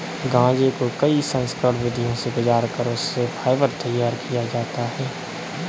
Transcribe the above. गांजे को कई संस्करण विधियों से गुजार कर उससे फाइबर तैयार किया जाता है